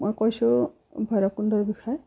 মই কৈছোঁ ভৈৰৱকুণ্ডৰ বিষয়ে